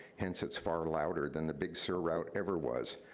hence it's far louder than the big sur route ever was.